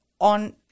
on